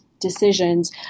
decisions